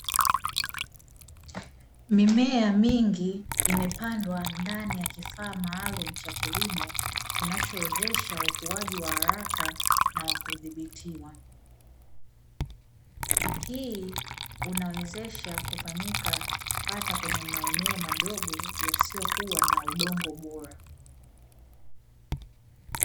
Mimea mingi imepandwa ndani ya kifaa maalumu cha kilimo kinachowezesha ukuaji wa haraka na wa kudhibitiwa, hii inawezesha kufanyika hata kwenye maeneo madogo yasiyokuwa na udongo bora.